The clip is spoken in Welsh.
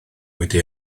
wedi